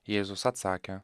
jėzus atsakė